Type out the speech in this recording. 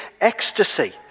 ecstasy